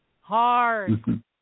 hard